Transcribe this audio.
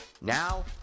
Now